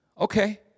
okay